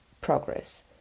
progress